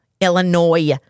Illinois